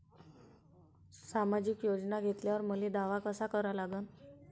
सामाजिक योजना घेतल्यावर मले दावा कसा करा लागन?